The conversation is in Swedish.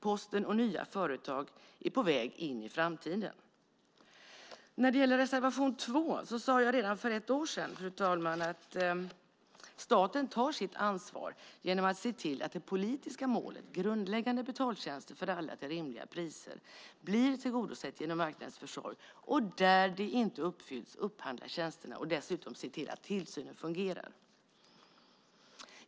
Posten och nya företag är på väg in i framtiden. När det gäller reservation 2 sade jag redan för ett år sedan, fru talman, att staten tar sitt ansvar genom att se till att det politiska målet, grundläggande betaltjänster för alla till rimliga priser, blir tillgodosett genom marknadens försorg och där det inte uppfylls upphandla tjänsterna och dessutom se till att tillsynen fungerar.